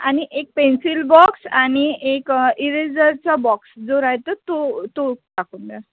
आणि एक pencil box आणि एक इरेझरचा बॉक्स जो राहातो तो तो टाकून द्या